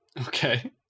Okay